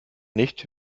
nicht